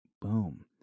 boom